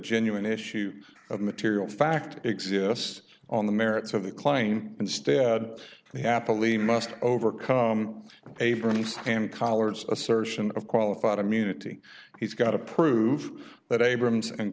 genuine issue of material fact exists on the merits of the claim instead they happily must overcome abrams and collards assertion of qualified immunity he's got to prove that a